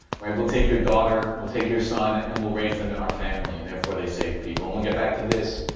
right? we'll take your daughter, we'll take your son, and we'll raise them in our family and therefore, they saved people. and we'll get back to this